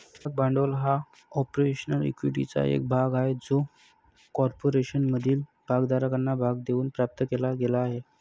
भाग भांडवल हा कॉर्पोरेशन इक्विटीचा एक भाग आहे जो कॉर्पोरेशनमधील भागधारकांना भाग देऊन प्राप्त केला गेला आहे